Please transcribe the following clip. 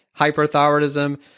hyperthyroidism